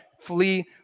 flee